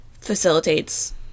facilitates